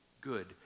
good